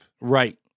Right